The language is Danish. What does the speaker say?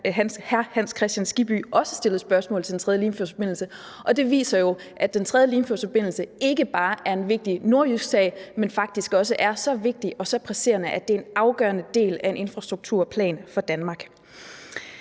Hans Kristian Skibby, også stillede spørgsmål til den tredje Limfjordsforbindelse, og det viser jo, at den tredje Limfjordsforbindelse ikke bare er en vigtig nordjysk sag, men faktisk også er så vigtig og så presserende, at det er en afgørende del af en infrastrukturplan for Danmark.